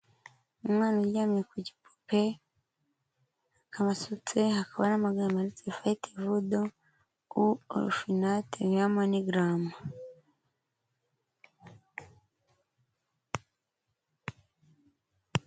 Umwana uryamye ku gipupe akaba asutse hakaba hari amagambo yanditse ngo fete vo do u orofinate viya manigaramu.